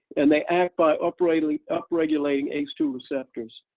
and they act by operating up regulating ace two receptors,